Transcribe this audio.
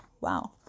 Wow